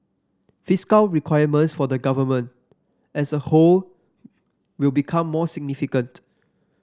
fiscal requirements for the Government as a whole will become more significant